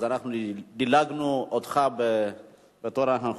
דילגנו עליך בתור האחרון,